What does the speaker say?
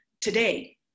Today